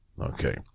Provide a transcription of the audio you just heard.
okay